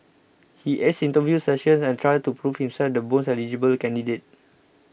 he aced interview sessions and trials to prove himself the most eligible candidate